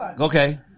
Okay